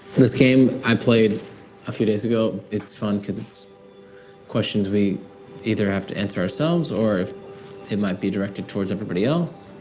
this game i played a few days ago. it's fun, cause it's questions we either have to answer ourselves or it might be directed towards everybody else.